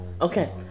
Okay